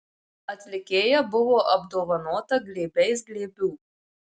atlikėja buvo apdovanota glėbiais glėbių